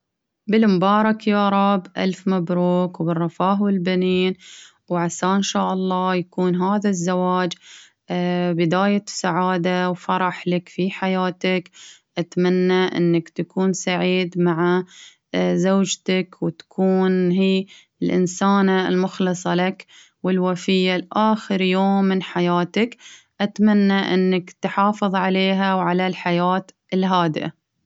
بالمبارك يا رب ألف مبروك وبالرفاهة والبنين، وعسى إن شاء الله يكون هذا الزواج بداية سعادة وفرح لك في حياتك، أتمنى إنك تكون سعيد مع زوجتك وتكون هي الإنسانة ،والوفية لآخر يوم من حياتك، أتمنى إنك تحافظ عليها وعلى الحياة الهادئة.